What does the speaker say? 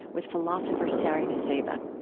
with philosopher sari nusseibeh.